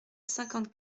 cinquante